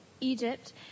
Egypt